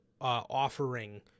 offering